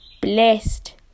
blessed